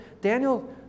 Daniel